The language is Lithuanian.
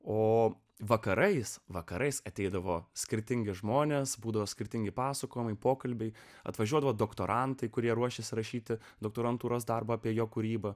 o vakarais vakarais ateidavo skirtingi žmonės būdavo skirtingi pasakojimai pokalbiai atvažiuodavo doktorantai kurie ruošėsi rašyti doktorantūros darbą apie jo kūrybą